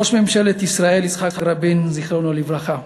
ראש ממשלת ישראל יצחק רבין, זיכרונו לברכה,